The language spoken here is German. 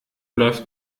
läuft